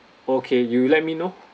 okay you let me know